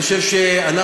אני חושב שאנחנו,